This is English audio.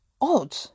Odd